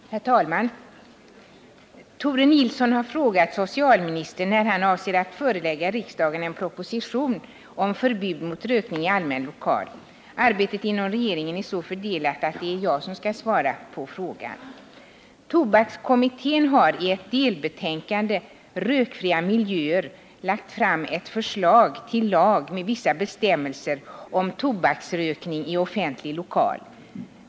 Herr talman! Tore Nilsson har frågat socialministern när han avser att förelägga riksdagen en proposition om förbud mot rökning i allmän lokal. Arbetet inom regeringen är så fördelat att det är jag som skall svara på frågan. Tobakskommittén har i ett delbetänkande Rökfria miljöer lagt fram ett förslag till lag med vissa bestämmelser om tobaksrökning i offentlig lokal.